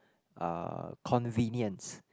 uh convenience